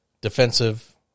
defensive